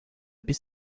bis